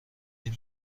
این